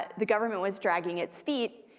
the government was dragging its feet,